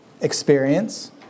Experience